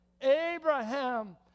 Abraham